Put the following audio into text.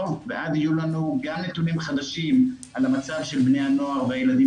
ואז יהיו לנו גם נתונים חדשים על המצב של בני הנוער והילדים